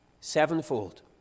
sevenfold